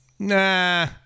Nah